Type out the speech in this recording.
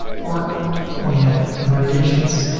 or when you have variations,